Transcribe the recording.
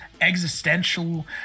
existential